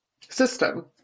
system